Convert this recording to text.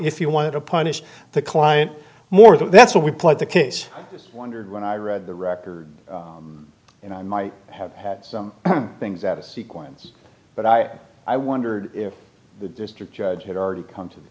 if you want to punish the client more that's what we put the case wondered when i read the record and i might have had some things that a sequence but i i wondered if the district judge had already come to